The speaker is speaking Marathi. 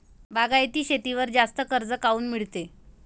बागायती शेतीवर जास्त कर्ज काऊन मिळते?